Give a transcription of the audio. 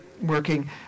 working